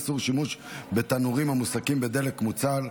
איסור שימוש בתנורים המוסקים בדלק מוצק),